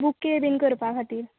bouquet बीन करपा खातीर